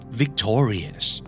victorious